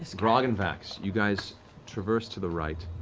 grog and vax, you guys traverse to the right,